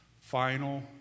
final